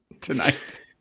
tonight